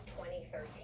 2013